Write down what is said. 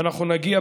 ואנחנו נגיע,